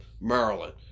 Maryland